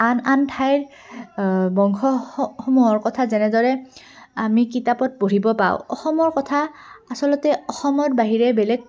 আন আন ঠাইৰ বংশসমূহৰ কথা যেনেদৰে আমি কিতাপত পঢ়িব পাওঁ অসমৰ কথা আচলতে অসমৰ বাহিৰে বেলেগ